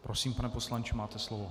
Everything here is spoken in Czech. Prosím, pane poslanče, máte slovo.